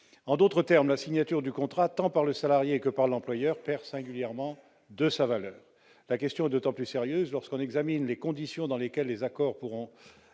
En d'autres termes, la signature du contrat de travail, tant par le salarié que par l'employeur, perd singulièrement de sa valeur. La question apparaît d'autant plus sérieuse lorsqu'on examine les conditions dans lesquelles les accords pourront